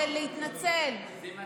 להתנצל אחר כך.